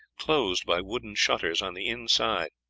closed by wooden shutters on the inside.